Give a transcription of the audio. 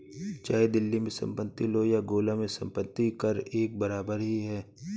चाहे दिल्ली में संपत्ति लो या गोला में संपत्ति कर एक बराबर ही है